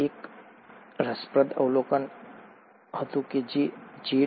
હવે આ એક રસપ્રદ અવલોકન હતું જે J